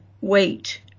wait